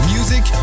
Music